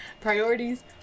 priorities